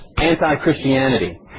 anti-Christianity